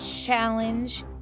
challenge